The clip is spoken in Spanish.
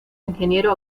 ingeniero